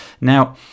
Now